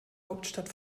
hauptstadt